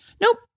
nope